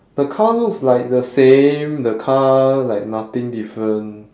the car looks like the same the car like nothing different